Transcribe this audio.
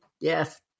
Yes